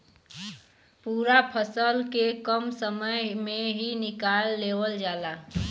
पूरा फसल के कम समय में ही निकाल लेवल जाला